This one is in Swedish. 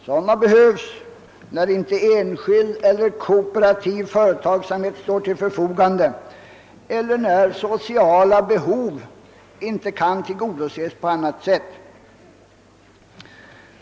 Sådana behövs när inte enskild eller kooperativ företagsamhet står till förfogande eller när sociala behov inte kan tillgodoses på annat sätt.